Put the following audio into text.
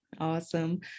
Awesome